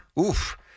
Oof